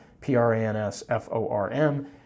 P-R-A-N-S-F-O-R-M